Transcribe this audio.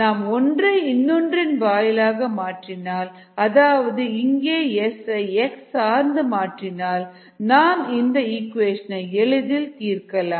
நாம் ஒன்றை இன்னொன்றின் வாயிலாக மாற்றினால் அதாவது இங்கே s ஐ x சார்ந்து மாற்றினால் நாம் இந்த ஈக்குவேஷனை எளிதில் தீர்க்கலாம்